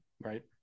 Right